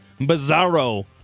Bizarro